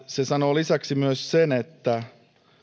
se sanoo lisäksi myös että